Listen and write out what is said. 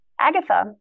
Agatha